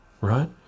right